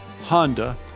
Honda